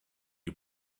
you